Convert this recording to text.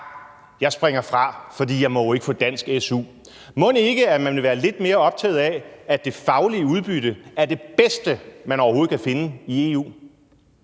jeg springer fra, for jeg må jo ikke få dansk su. Mon ikke man ville være lidt mere optaget af, at det faglige udbytte er det bedste, man overhovedet kan finde i EU?